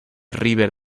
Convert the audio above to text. river